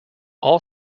all